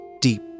deep